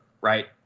right